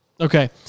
Okay